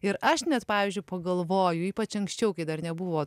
ir aš net pavyzdžiui pagalvoju ypač anksčiau kai dar nebuvo